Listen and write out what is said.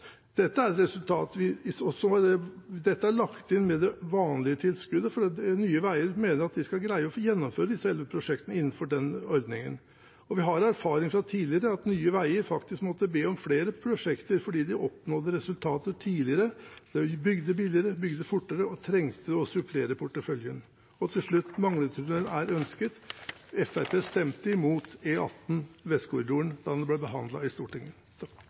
Dette er lagt inn med det vanlige tilskuddet, for Nye Veier mener at de skal greie å gjennomføre disse elleve prosjektene innenfor den ordningen. Vi har erfaring fra tidligere med at Nye Veier faktisk har måttet be om flere prosjekter fordi de oppnådde resultatet tidligere. De bygde billigere og fortere og trengte å supplere porteføljen. Til slutt: Manglerudtunnelen er ønsket. Fremskrittspartiet stemte imot E18 Vestkorridoren da den ble behandlet i Stortinget.